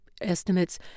estimates